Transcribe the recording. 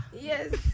Yes